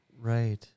Right